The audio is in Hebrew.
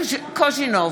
קוז'ינוב,